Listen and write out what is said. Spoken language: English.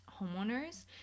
homeowners